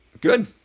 Good